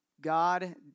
God